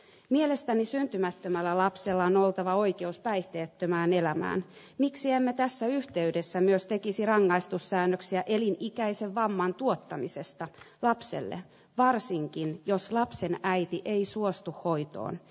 mielestäni syntymättömällä lapsella on oltava oikeus päihteettömään elämään miksi anna tässä yhteydessä myös tekisi rangaistussäännöksiä elinikäisen vamman tuottamisesta lapselle varsinkin jos lapsen äiti ei suostu hoitoon